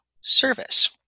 service